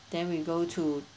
then we go to